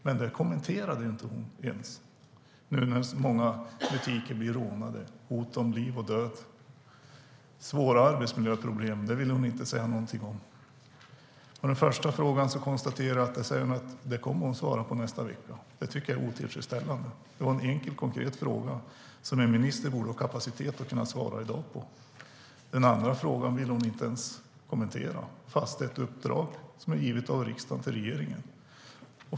Men det kommenterade hon inte ens. Det är så många butiker som blir rånade, med hot på liv och död. Det är svåra arbetsmiljöproblem, och det vill hon inte säga någonting om. På den första frågan konstaterar jag att hon säger att hon kommer att svara nästa vecka. Det tycker jag är otillfredsställande. Det var en enkel, konkret fråga, som en minister borde ha kapacitet att svara på i dag. Den andra frågan vill hon inte ens kommentera, fast det är ett uppdrag som är givet av riksdagen till regeringen.